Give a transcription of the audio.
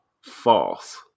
false